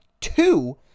two